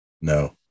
No